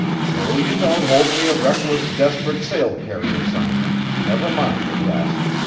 so you don't hold me a reckless, desperate sail carrier, simon, never mind the rest.